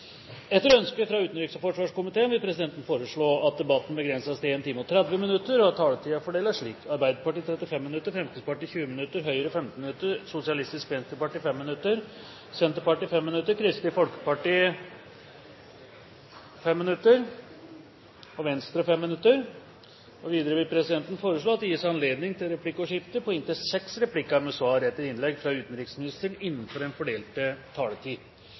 Etter ønske fra utenriks- og forsvarskomiteen vil presidenten foreslå at debatten begrenses til 1 time og 30 minutter, og at taletiden fordeles slik: Arbeiderpartiet 35 minutter, Fremskrittspartiet 20 minutter, Høyre 15 minutter, Sosialistisk Venstreparti 5 minutter, Senterpartiet 5 minutter, Kristelig Folkeparti 5 minutter og Venstre 5 minutter. Videre vil presidenten foreslå at det gis anledning til replikkordskifte på inntil seks replikker med svar etter innlegg fra utenriksministeren innenfor den fordelte taletid.